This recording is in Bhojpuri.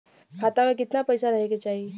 खाता में कितना पैसा रहे के चाही?